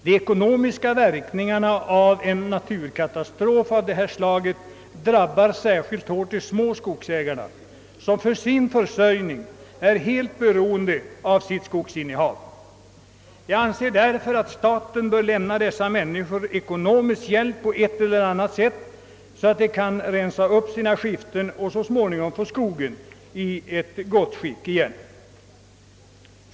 De ekonomiska" verkningarna av en naturkatastrof av detta slag drabbar särskilt hårt de små :skogsägarna, vilka för sin försörjning är helt beroende av sitt skogsinnehav. Jag anser därför att staten bör på ett:eller annat sätt lämna dessa människor ekonomisk. hjälp, så att de kan rensa upp sina skiften och få skogen-i gott skick igen.